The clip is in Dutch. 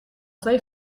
twee